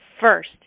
first